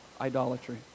idolatry